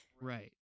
Right